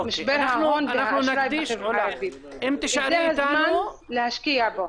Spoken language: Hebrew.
זה הזמן להשקיע בו.